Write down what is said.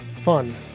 fun